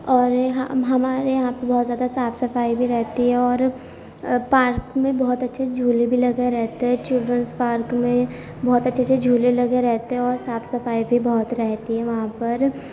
اور یہاں ہمارے یہاں پہ بہت زیادہ صاف صفائی بھی رہتی ہے اور پارک میں بہت اچھے جھولے بھی لگے رہتے ہیں چلڈرنس پارک میں بہت اچھے اچھے جھولے لگے رہتے ہیں اور صاف صفائی بھی بہت رہتی ہے وہاں پر